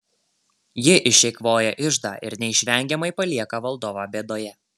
ji išeikvoja iždą ir neišvengiamai palieka valdovą bėdoje